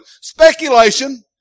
speculation